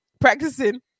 practicing